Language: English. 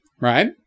right